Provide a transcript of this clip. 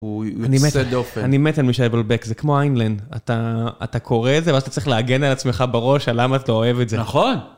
אני מת על מישל בולבק, זה כמו איינלנד, אתה קורא את זה ואז אתה צריך להגן על עצמך בראש על למה אתה אוהב את זה. נכון.